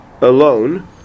alone